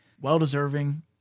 Well-deserving